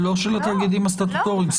לא של התאגידים הסטטוטוריים.